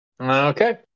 Okay